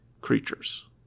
creatures